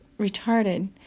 retarded